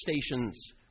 stations